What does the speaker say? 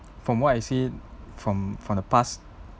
from what I see from from the past